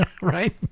right